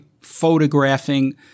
photographing